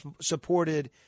supported